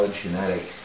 genetic